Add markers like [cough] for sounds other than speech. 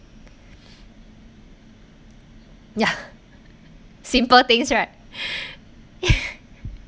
ya simple things right [breath] [laughs]